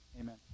Amen